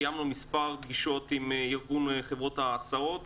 מספר פגישות עם ארגון חברות ההסעות,